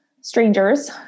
strangers